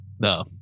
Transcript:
No